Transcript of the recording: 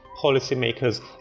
policymakers